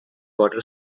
water